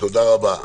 תודה רבה.